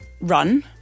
run